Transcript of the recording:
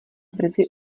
brzy